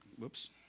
whoops